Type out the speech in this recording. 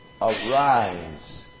Arise